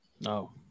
No